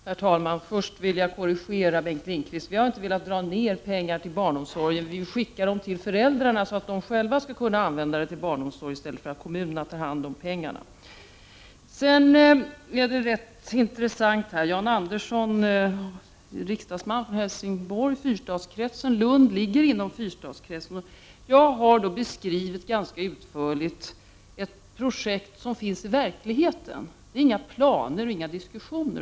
Herr talman! Först vill jag korrigera Bengt Lindqvist. Vi har inte velat dra ner på pengarna till barnomsorgen, utan vi vill skicka dem till föräldrarna så att de själva skall kunna använda dem till barnomsorg i stället för att kommunerna tar hand om dem. i Det är rätt intressant att höra på Jan Andersson, riksdagsman från Helsingborg och fyrstadskretsen, dit Lund hör. Jag har ganska utförligt beskrivit ett projekt som finns i verkligheten — det är inga planer eller diskussioner.